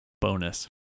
bonus